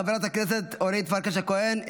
חברת הכנסת אורית פרקש הכהן,